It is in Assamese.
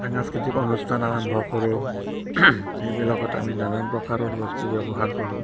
সাংস্কৃতিক অনুষ্ঠান আৰম্ভ কৰোঁ সেইবিলাকত আমি নানান প্ৰকাৰৰ বস্তু ব্যৱহাৰ কৰোঁ